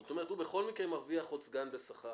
זאת אומרת הוא בכל מקרה מרוויח עוד סגן בשכר,